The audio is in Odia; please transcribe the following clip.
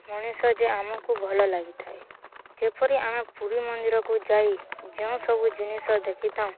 ମଣିଷ ଯେ ଆମକୁ ଭଲ ଲାଗିଥାଏ ଯେପରି ଆମେ ପୁରୀ ମନ୍ଦିରକୁ ଯାଇ ଯେଉଁ ସବୁ ଜିନିଷ ଦେଖିଥାଉ